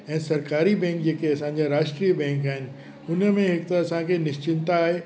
ऐं सरकारी बैंक जेके असांजा राष्ट्रीय बैंक आहिनि हुन में हिकु त असांखे निश्चिंता आहे